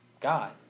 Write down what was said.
God